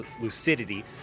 Lucidity